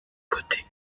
côtés